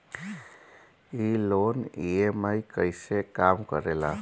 ई loan EMI कईसे काम करेला?